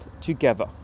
together